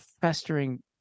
festering